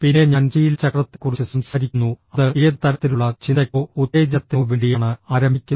പിന്നെ ഞാൻ ശീലചക്രത്തെക്കുറിച്ച് സംസാരിക്കുന്നു അത് ഏത് തരത്തിലുള്ള ചിന്തയ്ക്കോ ഉത്തേജനത്തിനോ വേണ്ടിയാണ് ആരംഭിക്കുന്നത്